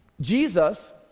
Jesus